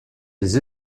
des